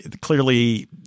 clearly